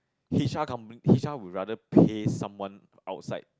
company would rather pay someone outside